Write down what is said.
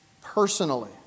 personally